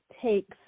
takes